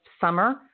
summer